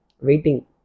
waiting